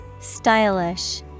Stylish